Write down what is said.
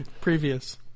previous